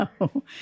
No